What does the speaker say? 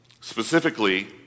Specifically